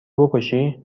بکشی